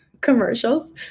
commercials